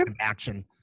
action